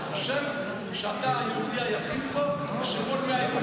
אתה חושב שאתה היהודי היחיד פה, שכל ה-120